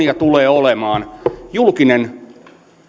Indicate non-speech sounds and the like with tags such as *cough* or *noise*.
*unintelligible* ja tulee olemaan julkinen